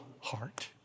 heart